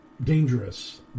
dangerous